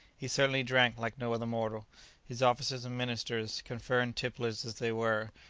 he certainly drank like no other mortal his officers and ministers, confirmed tipplers as they were,